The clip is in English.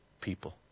people